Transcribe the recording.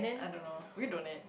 I don't know will you donate